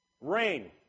rain